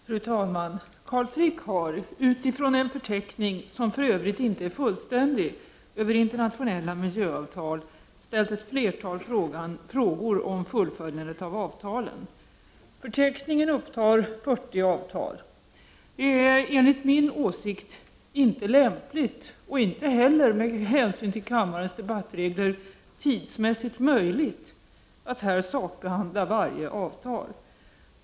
Fru talman! Carl Frick har, utifrån en förteckning över internationella miljöavtal, som för övrigt inte är fullständig, ställt ett flertal frågor om fullföljandet av avtalen. Förteckningen upptar fyrtio avtal. Det är, enligt min åsikt, inte lämpligt och inte heller, med hänsyn till kammarens debattregler, tidsmässigt möjligt att här sakbehandla varje avtal.